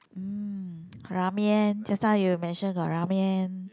mm ramen just now you mention got ramen